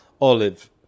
olive